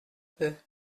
peu